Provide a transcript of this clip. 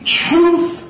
truth